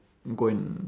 go and